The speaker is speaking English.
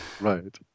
Right